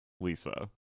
Lisa